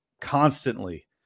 constantly